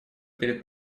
перед